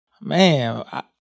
man